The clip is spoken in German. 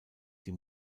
die